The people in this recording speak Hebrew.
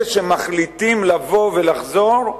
אלה שמחליטים לבוא ולחזור,